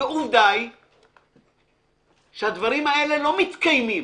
ועובדה היא שהדברים האלה לא מתקיימים.